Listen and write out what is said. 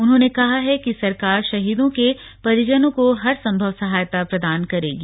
उन्होंने कहा है कि सरकार शहीदों के परिजनों को हरसंभव सहायता प्रदान करेगी